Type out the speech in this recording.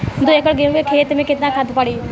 दो एकड़ गेहूँ के खेत मे केतना खाद पड़ी?